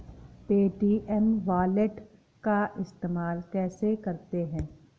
Paytm wallet का इस्तेमाल कैसे करते हैं?